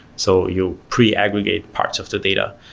so you pre-aggregate parts of the data,